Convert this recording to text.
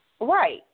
Right